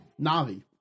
Navi